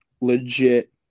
legit